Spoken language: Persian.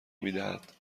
میدهد